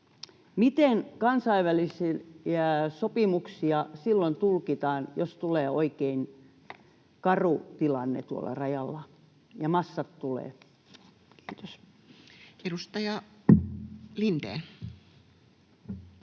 miten kansainvälisiä sopimuksia silloin tulkitaan, jos tulee oikein karu tilanne tuolla rajalla ja massat tulevat? — Kiitos. Edustaja Lindén.